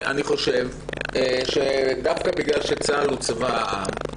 אני חושב שדווקא בגלל שצה"ל הוא צבא העם,